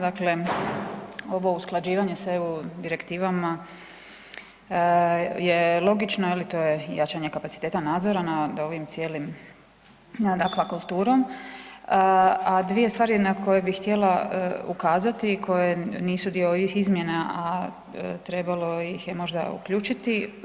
Dakle, ovo usklađivanje sa EU direktivama je logično je li to je jačanje kapaciteta nadzora nad ovim cijelim, nad akvakulturom, a dvije stvari na koje bi htjela ukazati koje nisu dio ovih izmjena, a trebalo ih je možda uključiti.